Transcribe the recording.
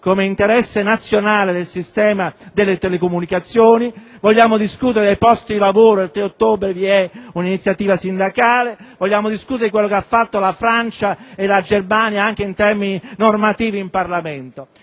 come interesse nazionale del sistema delle telecomunicazioni. Vogliamo discutere dei posti di lavori (ad ottobre vi è un'iniziativa sindacale); vogliamo discutere di quanto compiuto da Francia e Germania anche in termini normativi in Parlamento.